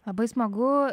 labai smagu